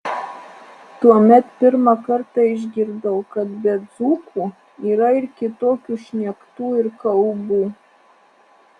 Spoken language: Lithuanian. tuomet pirmą kartą išgirdau kad be dzūkų yra ir kitokių šnektų ir kalbų